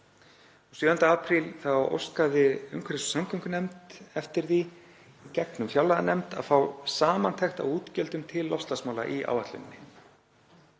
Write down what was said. og 7. apríl óskaði umhverfis- og samgöngunefnd eftir því í gegnum fjárlaganefnd að fá samantekt á útgjöldum til loftslagsmála í áætluninni.